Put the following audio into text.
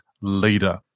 leader